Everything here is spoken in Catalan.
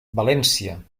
valència